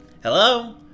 Hello